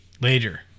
later